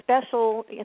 special